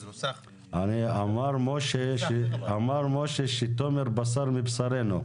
אמר משה שתומר בשר מבשרנו.